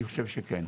אני חושב שכן.